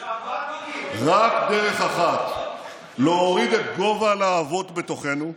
רק דרך אחת להוריד את גובה הלהבות בתוכנו.